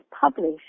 published